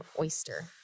oyster